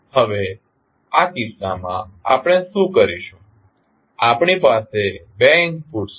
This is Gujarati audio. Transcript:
હવે આ કિસ્સામાં આપણે શું કરીશું આપણી પાસે બે ઇનપુટ્સ છે